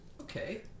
okay